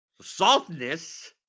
Softness